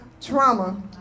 trauma